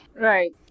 Right